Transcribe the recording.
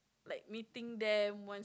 like meeting them once